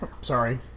Sorry